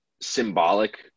symbolic